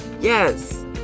Yes